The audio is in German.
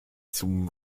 zum